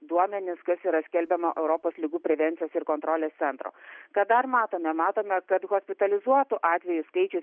duomenis kas yra skelbiama europos ligų prevencijos ir kontrolės centro ką dar matome matome kad hospitalizuotų atvejų skaičius